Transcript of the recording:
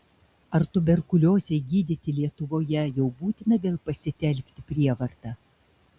ar tuberkuliozei gydyti lietuvoje jau būtina vėl pasitelkti prievartą